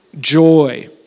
joy